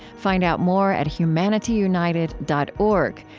find out more at humanityunited dot org,